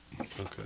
Okay